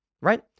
right